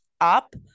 up